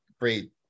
great